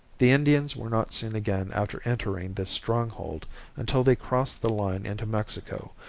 the indians were not seen again after entering the stronghold until they crossed the line into mexico,